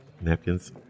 napkins